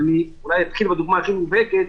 אולי אתחיל בדוגמה הכי מובהקת,